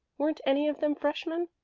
weren't any of them freshmen?